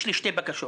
יש לי שתי בקשות.